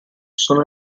sono